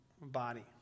body